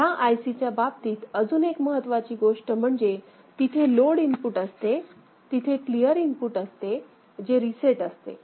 ह्या I C च्या बाबतीत अजून एक महत्त्वाची गोष्ट म्हणजे तिथे लोड इनपुट असते तिथे क्लिअर इनपुट असते जे रीसेट असते